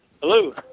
Hello